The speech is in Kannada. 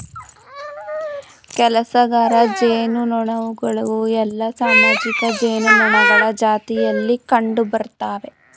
ಕೆಲಸಗಾರ ಜೇನುನೊಣಗಳು ಎಲ್ಲಾ ಸಾಮಾಜಿಕ ಜೇನುನೊಣಗಳ ಜಾತಿಗಳಲ್ಲಿ ಕಂಡುಬರ್ತ್ತವೆ